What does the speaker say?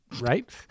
Right